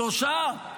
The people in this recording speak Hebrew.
שלושה?